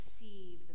receive